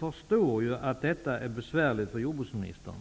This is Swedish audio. förstår att detta är besvärligt för jordbruksministern.